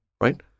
right